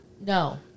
No